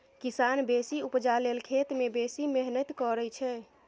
किसान बेसी उपजा लेल खेत मे बेसी मेहनति करय छै